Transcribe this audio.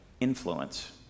influence